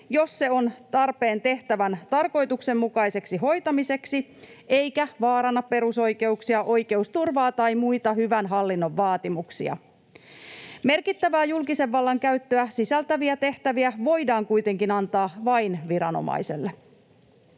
jos se on tarpeen tehtävän tarkoituksenmukaiseksi hoitamiseksi eikä vaaranna perusoikeuksia, oikeusturvaa tai muita hyvän hallinnon vaatimuksia. Merkittävää julkisen vallan käyttöä sisältäviä tehtäviä voidaan kuitenkin antaa vain viranomaiselle.